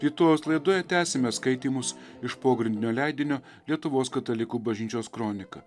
rytojaus laidoje tęsime skaitymus iš pogrindinio leidinio lietuvos katalikų bažnyčios kronika